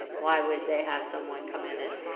why would they have someone come in and